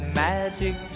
magic